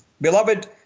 Beloved